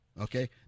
Okay